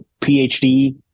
PhD